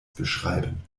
beschreiben